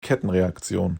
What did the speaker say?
kettenreaktion